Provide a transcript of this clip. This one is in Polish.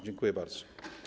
Dziękuję bardzo.